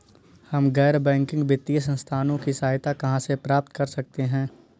हम गैर बैंकिंग वित्तीय संस्थानों की सहायता कहाँ से प्राप्त कर सकते हैं?